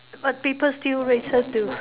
but people still listen to